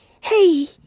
hey